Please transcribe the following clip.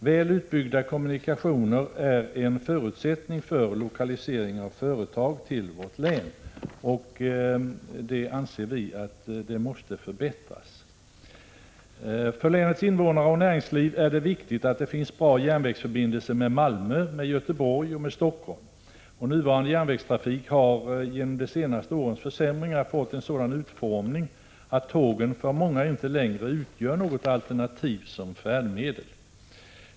Väl utbyggda kommunikationer är en förutsättning för lokalisering av företag till vårt län. För länets invånare och näringsliv är det viktigt att det finns bra järnvägsförbindelser med Malmö, Göteborg och Helsingfors. Nuvarande järnvägstrafik har efter de senaste årens försämringar fått en sådan utformning att den för många inte längre utgör något alternativ att räkna med.